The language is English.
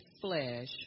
flesh